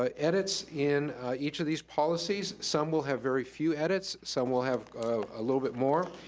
ah edits in each of these policies, some will have very few edits, some will have a little bit more.